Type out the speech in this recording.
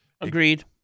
agreed